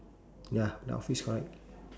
ya the office correct